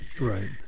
right